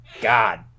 God